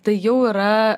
tai jau yra